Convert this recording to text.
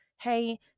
hey